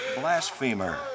Blasphemer